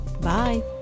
Bye